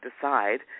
decide